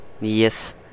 yes